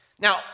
Now